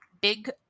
big